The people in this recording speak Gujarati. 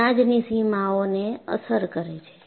અનાજની સીમાઓને અસર કરે છે